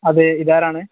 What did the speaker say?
അതേ ഇതാരാണ്